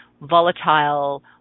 volatile